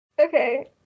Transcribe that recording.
Okay